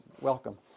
welcome